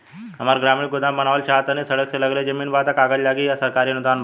हम ग्रामीण गोदाम बनावल चाहतानी और सड़क से लगले जमीन बा त का कागज लागी आ सरकारी अनुदान बा का?